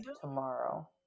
tomorrow